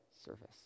service